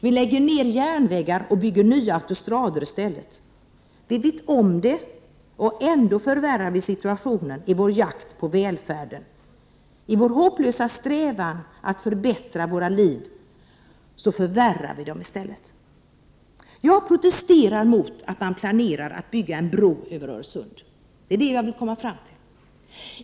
Vi lägger ner järnvägar och bygger nya autostrador i stället. Detta vet vi om. Ändå förvärrar vi situationen i vår jakt på välfärden. I vår hopplösa strävan att förbättra våra liv förvärrar vi dem i stället. Jag protesterar mot att man planerar att bygga en bro över Öresund — det är det jag vill komma fram till.